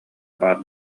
баар